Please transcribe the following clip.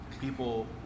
people